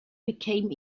became